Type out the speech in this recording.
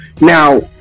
Now